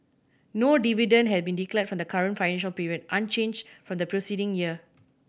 no dividend has been declared for the current financial period unchanged from the preceding year